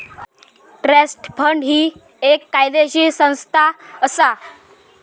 trust fund ही एक कायदेशीर संस्था असा